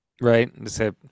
Right